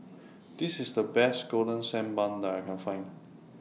This IS The Best Golden Sand Bun that I Can Find